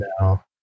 No